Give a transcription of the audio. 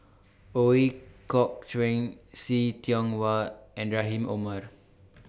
Ooi Kok Chuen See Tiong Wah and Rahim Omar